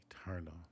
eternal